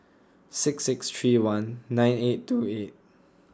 six six three one nine eight two eight